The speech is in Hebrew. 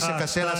שתיים,